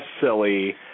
silly